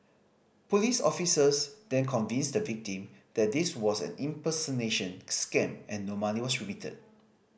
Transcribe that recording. police officers then convinced the victim that this was an impersonation scam and no money was